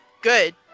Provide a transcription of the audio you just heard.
good